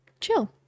chill